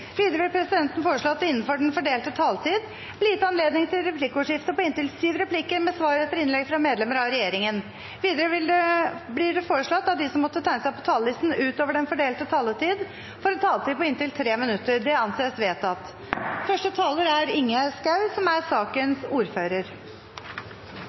Videre vil presidenten foreslå at det – innenfor den fordelte taletid – blir gitt anledning til replikkordskifte på inntil syv replikker med svar etter innlegg fra medlemmer av regjeringen. Videre blir det foreslått at de som måtte tegne seg på talerlisten utover den fordelte taletid, får en taletid på inntil 3 minutter. – Det anses vedtatt. Den stortingsmeldingen vi i dag behandler, er et dokument som er